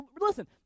Listen